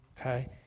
okay